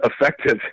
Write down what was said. effective